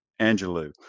Angelou